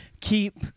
keep